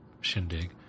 shindig